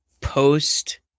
post